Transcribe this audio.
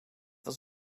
was